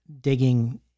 digging